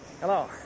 Hello